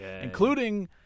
including